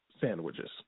sandwiches